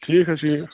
ٹھیٖک حظ چھُ یہِ